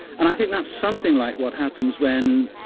and i think that's something like what happens when,